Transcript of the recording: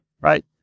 right